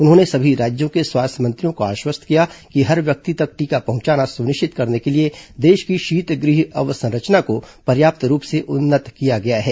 उन्होंने सभी राज्यों के स्वास्थ्य मंत्रियों को आश्वस्त किया कि हर व्यक्ति तक टीका पहुंचाना सुनिश्चित करने के लिए देश की शीत गृह अवसंरचना को पर्याप्त रूप से उन्नत किया गया है